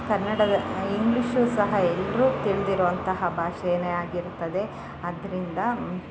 ಕನ್ನಡದ ಇಂಗ್ಲೀಷು ಸಹ ಎಲ್ಲರು ತಿಳಿದಿರೋ ಅಂತಹ ಭಾಷೆ ಆಗಿರ್ತದೆ ಆದ್ರಿಂದ